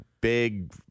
big